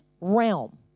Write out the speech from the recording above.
realm